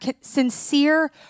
sincere